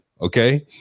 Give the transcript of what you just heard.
Okay